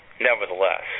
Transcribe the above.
nevertheless